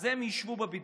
אז הם ישבו בבידוד.